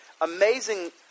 Amazing